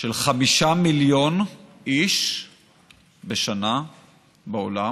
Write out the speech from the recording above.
של חמישה מיליון איש בשנה בעולם,